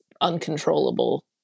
uncontrollable